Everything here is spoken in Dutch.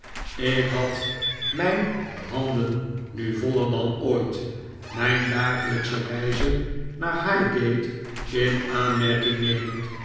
ik had mijn handen nu voller dan ooit mijn dagelijksche reizen naar highgate in aanmerking nemend